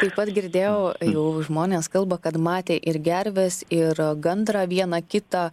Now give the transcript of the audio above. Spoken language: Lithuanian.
taip pat girdėjau jau žmonės kalba kad matė ir gerves ir gandrą vieną kitą